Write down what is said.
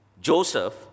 Joseph